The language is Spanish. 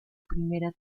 primera